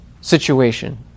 situation